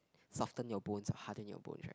soften your bones or harden your bones right